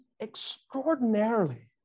extraordinarily